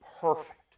perfect